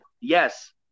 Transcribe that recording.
yes